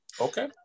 okay